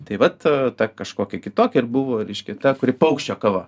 tai vat ta kažkokia kitokia ir buvo reiškia ta kuri paukščio kava